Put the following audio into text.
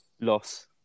Loss